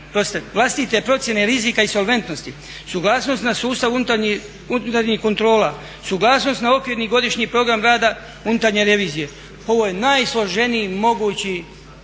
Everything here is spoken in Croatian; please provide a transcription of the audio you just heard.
vlastite procjene rizika i solventnosti, suglasnost na sustav unutarnjih kontrola, suglasnost na Okvirni godišnji program rada unutarnje revizije. Ovo je najsloženiji mogući